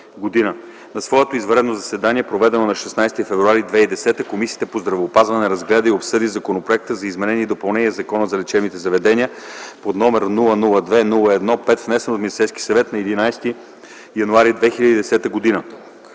На свое извънредно заседание, проведено на 16 февруари 2010 г., Комисията по здравеопазването разгледа и обсъди Законопроекта за изменение и допълнение на Закона за лечебните заведения, № 002-01-5, внесен от Министерския съвет на 11 януари 2010 г.